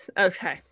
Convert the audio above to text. Okay